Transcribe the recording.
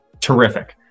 terrific